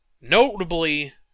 Notably